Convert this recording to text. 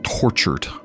tortured